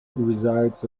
resides